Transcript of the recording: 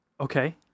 Okay